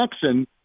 Jackson